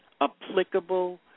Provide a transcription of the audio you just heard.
applicable